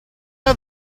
are